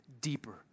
deeper